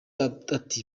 ati